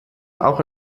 auch